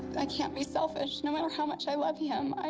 i can't be selfish. no matter how much i love him, i.